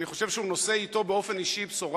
אני חושב שהוא נושא אתו באופן אישי בשורה